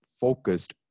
focused